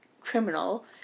criminal